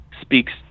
speaks